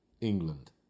England